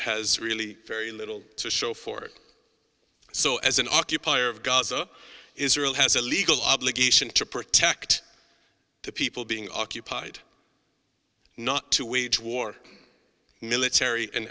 has really very little to show for it so as an occupier of gaza israel has a legal obligation to protect the people being occupied not to wage war military an